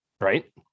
right